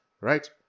Right